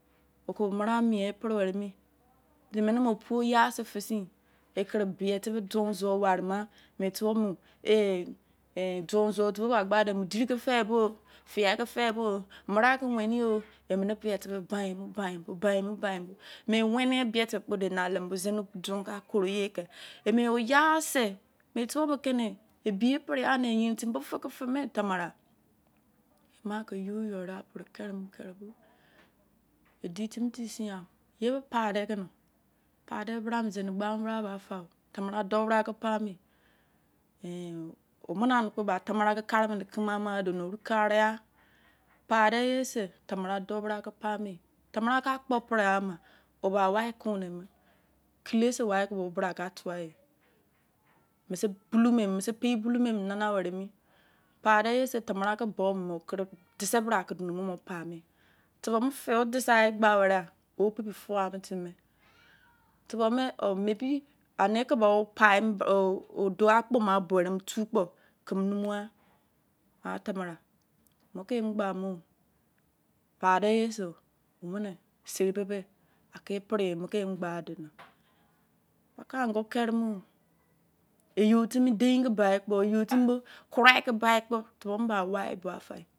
oko mira mie pere were emi, emene me opu oya se fein ekere bietebe don zuwou ware ma, me tubor mu eh eh, ddon zuwou otubo ba gbade diri ke fe bo gho, fia ke fe bogho, mera ke wenegho, emene bietebe baimu ban bo baimu ban bo baimu ban bo. me wene bie tebe kpo bo zene don ka bo kore yekpo. me oya se, me tubor me keni ebiperegha ne bo feke feke me tamarau ma ke you yoi rei apere kere bo ri timi di sin gha, yeme pade kunor, pade mu brabe zene ba mu bra ba fagho. Tamarau dol bra ke pa me. ehn omenani bo kpo ba tamarau ke kare meme kemegha-ama do ni oru kare ya, pade ye se, tamarau doubra ke pa me. tamarau ke akpo pere am, oba wai kon neme, kile se ko wai obra ka tu waye. me se peiboulou me emu nana were emi. pade ye se, tamarau ke bu mu me. okere dise bra ke doni mumu pa'me tubor me fe edesegha ye gbawaregha, opebi fugham timi me tubor me, mebi ane kuba oko akpma b oweremi tuo kpo keme numughan. atamaean, mo kemu gbamo pade ye se omune seri bebe ake pore ye kemu emu gba done pake angor kere moo. egou timi dein ke bai kpo, eyou timi bo kurai ke bai kpo tubor me ba wai bo wa faye.